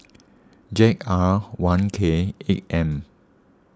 Z R one K eight M